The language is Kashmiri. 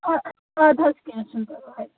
اد ادٕ حظ کینٛہہ چھُنہ پرواے